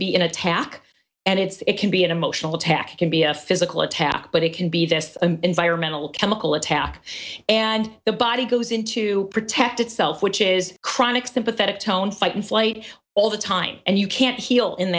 be an attack and it's it can be an emotional attack can be a physical attack but it can be just an environmental chemical attack and the body goes in to protect itself which is chronic sympathetic tone fight and flight all the time and you can't heal in